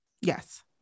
Yes